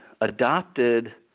adopted